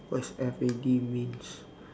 what is F A D means